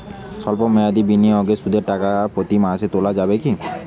সল্প মেয়াদি বিনিয়োগে সুদের টাকা প্রতি মাসে তোলা যাবে কি?